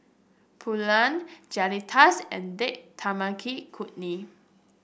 Pulao Fajitas and Date Tamarind Chutney